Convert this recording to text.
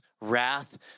wrath